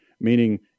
meaning